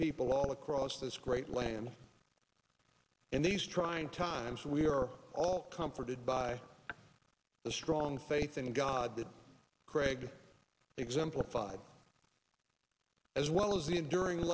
people all across this great land in these trying times we are all comforted by the strong faith in god that craig exemplified as well as the enduring